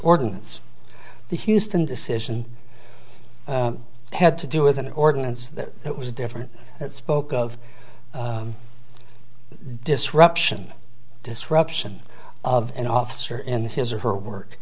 ordinance the houston decision had to do with an ordinance that it was different that spoke of disruption disruption of an officer in his or her work